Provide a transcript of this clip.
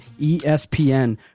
ESPN